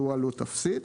שהוא עלות אפסית,